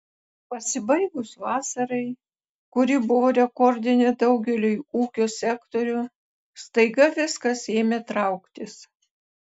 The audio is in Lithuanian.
pasibaigus vasarai kuri buvo rekordinė daugeliui ūkio sektorių staiga viskas ėmė trauktis